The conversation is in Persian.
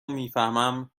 میفهمم